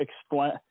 explain